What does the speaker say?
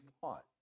thought